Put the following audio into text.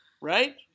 Right